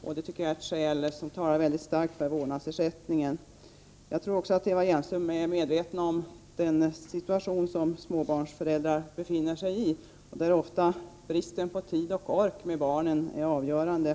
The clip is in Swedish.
Detta tycker jag är ett skäl som talar mycket starkt för vårdnadsersättningen. Jag tror också att Eva Hjelmström är medveten om den situation som småbarnsföräldrar befinner sig i, där ofta bristen på tid och ork med barnen är det avgörande